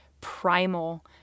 primal